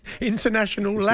international